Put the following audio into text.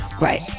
Right